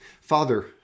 Father